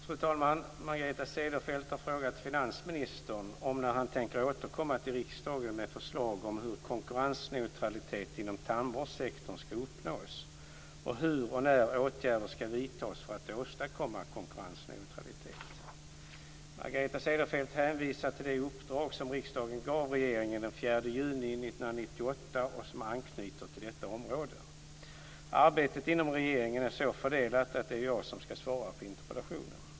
Fru talman! Margareta Cederfelt har frågat finansministern när han tänker återkomma till riksdagen med förslag om hur konkurrensneutralitet inom tandvårdssektorn ska uppnås och hur och när åtgärder ska vidtas för att åstadkomma konkurrensneutralitet. Margareta Cederfelt hänvisar till det uppdrag som riksdagen gav regeringen den 4 juni 1998 och som anknyter till detta område. Arbetet inom regeringen är så fördelat att det är jag som ska svara på interpellationen.